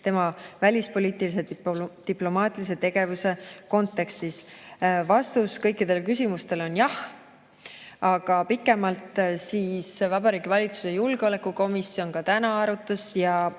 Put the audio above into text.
tema välispoliitilise ja diplomaatilise tegevuse kontekstis?" Vastus kõikidele küsimustele on jah. Aga nüüd pikemalt. Vabariigi Valitsuse julgeolekukomisjon ka täna arutas ja